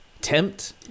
tempt